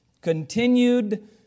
continued